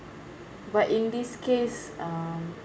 but in this case um